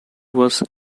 was